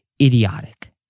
idiotic